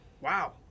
wow